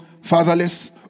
fatherless